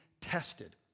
tested